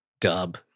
dub